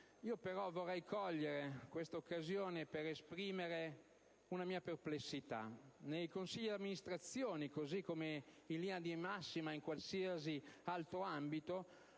Vorrei però cogliere questa occasione per esprimere una mia perplessità. Nei consigli di amministrazione, così come - in linea di massima - in qualsiasi altro ambito,